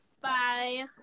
bye